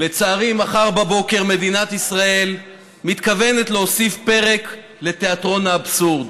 לצערי מחר בבוקר מדינת ישראל מתכוונת להוסיף פרק לתיאטרון האבסורד.